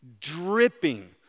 dripping